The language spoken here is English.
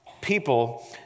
People